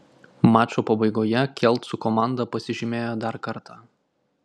mačo pabaigoje kelcų komanda pasižymėjo dar kartą